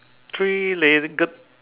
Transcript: three legged